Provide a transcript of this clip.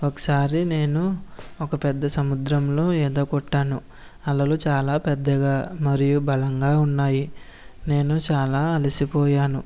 ఒకసారి నేను ఒక పెద్ద సముద్రంలో ఈత కొట్టాను అలలు చాలా పెద్దగా మరియు బలంగా ఉన్నాయి నేను చాలా అలసిపోయాను